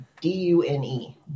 D-U-N-E